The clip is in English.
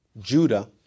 Judah